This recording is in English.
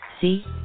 See